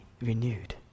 renewed